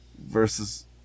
Versus